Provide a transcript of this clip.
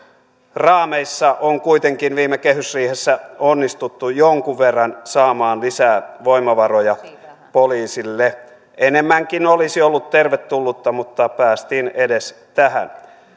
raameissa on kuitenkin viime kehysriihessä onnistuttu jonkun verran saamaan lisää voimavaroja poliisille enemmänkin olisi ollut tervetullutta mutta päästiin edes tähän